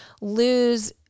lose